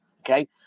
okay